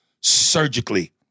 surgically